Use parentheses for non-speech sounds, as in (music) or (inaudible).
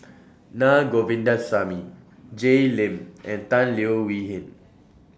(noise) Naa Govindasamy Jay Lim and Tan Leo Wee Hin